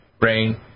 brain